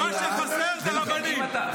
מה שחסר זה רבנים,